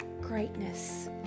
greatness